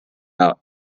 out